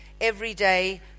everyday